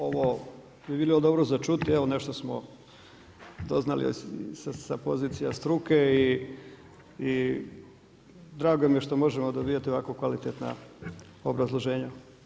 Ovo bi bilo dobro za čuti, evo nešto doznali i sa pozicija struke i drago mi je što možemo dobivati ovako kvalitetna obrazloženja.